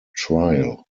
trial